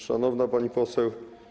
Szanowna Pani Poseł!